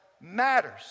matters